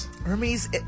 Remy's